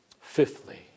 Fifthly